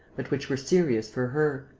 but which were serious for her,